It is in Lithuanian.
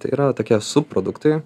tai yra tokie subproduktai